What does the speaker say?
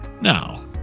Now